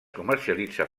comercialitza